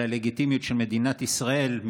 על הלגיטימיות של מדינת ישראל,